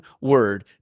word